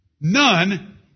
None